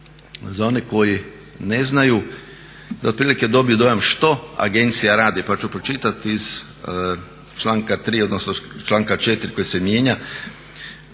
za one koji ne znaju da otprilike dobiju dojam što agencija radi pa ću pročitati iz članka 3., odnosno članka 4. koji se mijenja